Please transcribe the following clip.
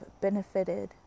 benefited